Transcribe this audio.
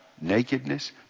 nakedness